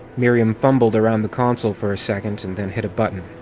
miriam fumbled around the console for a second and then hit a button.